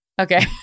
Okay